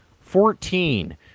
Fourteen